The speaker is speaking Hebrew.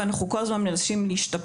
אבל אנחנו כל הזמן מנסים להשתפר.